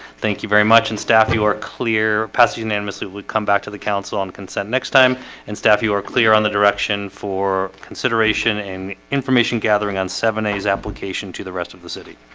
thank you very much and staff you are clear passed unanimously would come back to the council on consent next time and staff you are clear on the direction for consideration and information gathering on seven a's application to the rest of the city